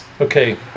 Okay